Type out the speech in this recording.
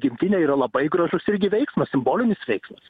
gimtinę yra labai gražus irgi veiksmas simbolinis veiksmas